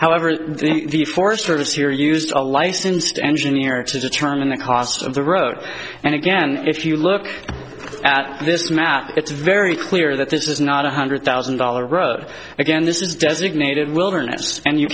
however the forest service here used a licensed engineer to determine the cost of the road and again if you look at this map it's very clear that this is not one hundred thousand dollars road again this is designated wilderness and you